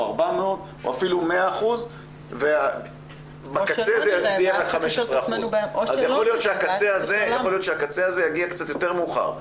או 400% או אפילו 100% ובקצה זה יהיה רק 15%. יכול להיות שהקצה הזה יגיע קצת יותר מאוחר,